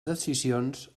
decisions